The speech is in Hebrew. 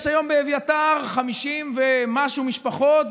יש היום באביתר 50 ומשהו משפחות,